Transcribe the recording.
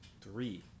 three